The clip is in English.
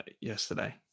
yesterday